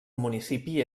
municipi